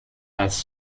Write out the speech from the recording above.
als